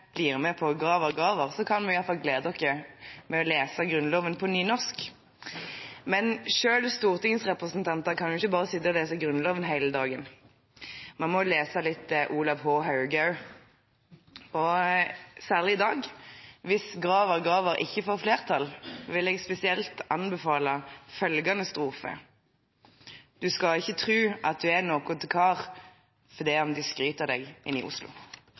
blir med på Graver–Gravers versjon, kan vi i hvert fall glede oss med å lese Grunnloven på nynorsk. Men selv stortingsrepresentanter kan ikke bare sitte å lese Grunnloven hele dagen, de må lese litt Olav H. Hauge også – særlig i dag. Hvis Graver–Graver ikke får flertall, vil jeg spesielt anbefale følgende strofe: «Du skal ikkje tru at du er nokon kar for det um dei skryter av deg inni Oslo.»